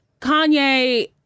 Kanye